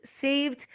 saved